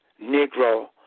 negro